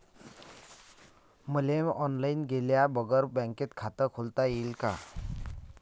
मले ऑनलाईन गेल्या बगर बँकेत खात खोलता येईन का?